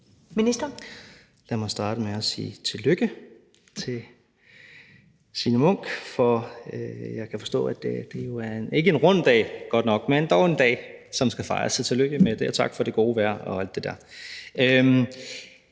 Jørgensen): Lad mig starte med at sige tillykke til Signe Munk, for jeg kan forstå, at det jo er, ikke en rund dag, men dog en dag, som skal fejres. Så tillykke med det, og tak for det gode vejr og alt det der.